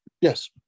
Yes